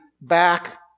back